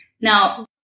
now